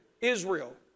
Israel